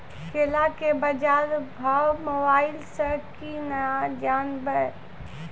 केला के बाजार भाव मोबाइल से के ना जान ब?